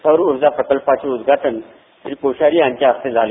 सौरउर्जा प्रकल्पाचे उद्घाटन कोश्यारी यांच्या हस्ते झाले